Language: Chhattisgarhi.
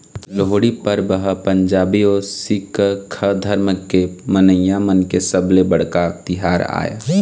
लोहड़ी परब ह पंजाबी अउ सिक्ख धरम के मनइया मन के सबले बड़का तिहार आय